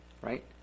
right